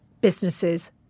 businesses